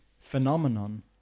phenomenon